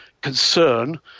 concern